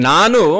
Nanu